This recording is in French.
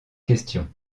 question